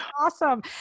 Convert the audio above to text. awesome